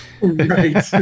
right